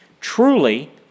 Truly